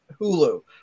Hulu